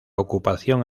ocupación